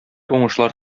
уңышлар